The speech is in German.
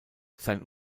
sein